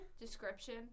Description